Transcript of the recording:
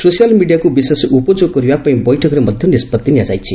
social ମିଡିଆକୁ ବିଶେଷ ଉପଯୋଗ କରିବାପାଇଁ ବୈଠକରେ ମଧ୍ଧ ନିଷ୍ବଭି ନିଆଯାଇଛି